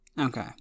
Okay